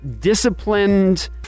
disciplined